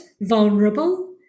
vulnerable